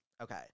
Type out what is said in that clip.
Okay